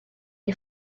you